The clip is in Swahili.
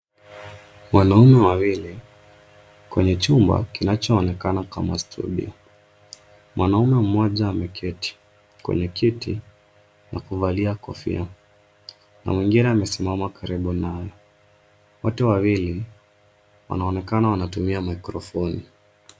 Wanaume wawili kwenye chumba kinachoonekana kama studio. Mwanaume mmoja ameketi kwenye kiti na kuvalia kofia na mwengine amesimama karibu naye. Wote wawili wanaonekana wanatumia maikrofoni.